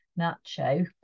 Nacho